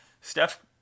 Steph